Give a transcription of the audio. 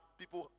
people